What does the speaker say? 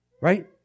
right